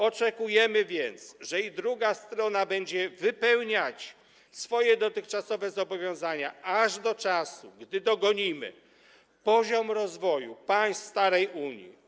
Oczekujemy więc, że i druga strona będzie wypełniać swoje dotychczasowe zobowiązania aż do czasu, gdy dogonimy poziom rozwoju państw starej Unii.